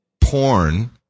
porn